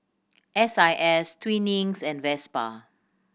S I S Twinings and Vespa